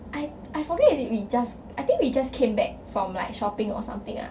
I I forget that we just I think we just came back from like shopping or something lah